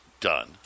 done